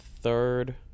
third